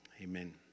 amen